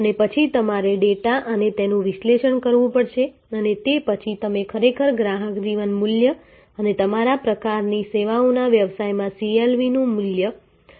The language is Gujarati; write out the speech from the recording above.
અને પછી તમારે ડેટા સાથે તેનું વિશ્લેષણ કરવું પડશે અને તે પછી તમે ખરેખર ગ્રાહક જીવન મૂલ્ય અને તમારા પ્રકારની સેવાઓના વ્યવસાયમાં CLV નું મહત્વ કેવી રીતે નક્કી કરશો